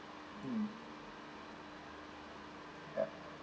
mm yeah